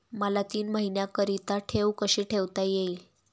मला तीन महिन्याकरिता ठेव कशी ठेवता येईल?